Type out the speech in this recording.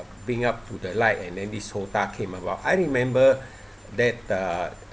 bring up to the light and then this HOTA came about I remember that uh